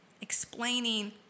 explaining